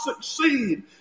succeed